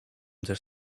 też